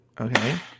okay